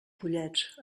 pollets